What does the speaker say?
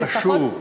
חוק חשוב.